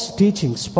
teachings